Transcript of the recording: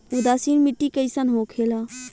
उदासीन मिट्टी कईसन होखेला?